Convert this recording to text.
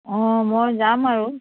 অঁ মই যাম আৰু